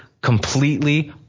completely